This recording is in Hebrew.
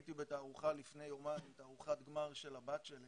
הייתי בתערוכת גמר של הבת שלי